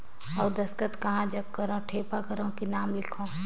अउ दस्खत कहा जग करो ठेपा करो कि नाम लिखो?